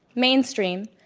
mainstream,